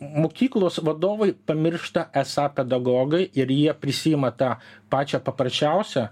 mokyklos vadovai pamiršta esą pedagogai ir jie prisiima tą pačią paprasčiausią